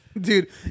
Dude